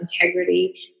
integrity